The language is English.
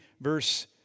verse